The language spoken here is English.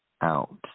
out